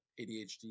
ADHD